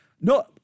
No